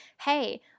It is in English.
hey